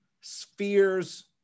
spheres